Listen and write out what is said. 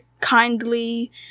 kindly